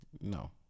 No